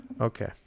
Okay